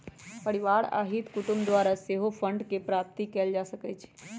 परिवार आ हित कुटूम द्वारा सेहो फंडके प्राप्ति कएल जा सकइ छइ